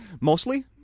Mostly